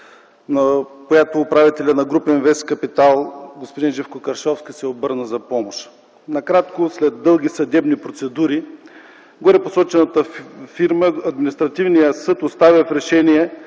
в която управителят на „Груп Инвест Капитал” господин Живко Кършовски се обърна за помощ. Накратко. След дълги съдебни процедури за горепосочената фирма Административният съд оставя в сила Решение